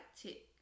tick